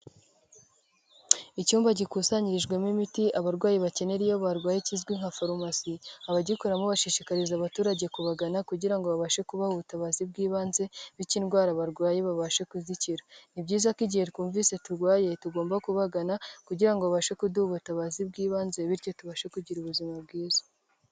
Icyumba gikusanyirijwemo imiti abarwayi bakenera iyo barwaye kizwi nka farumasi, abagikoramo bashishikariza abaturage kubagana kugira babashe kubaha ubutabazi bw'ibanze bityo indwara barwaye babashe kuzikira; ni byiza ko igihe twumvise turwaye tugomba kubagana kugira babashe kuduha ubutabazi bw'ibanze bityo tubashe kugira ubuzima bwiza.